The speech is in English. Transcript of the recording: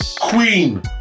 queen